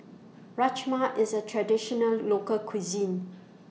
Rajma IS A Traditional Local Cuisine